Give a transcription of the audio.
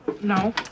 No